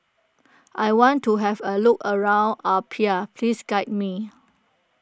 I want to have a look around Apia please guide me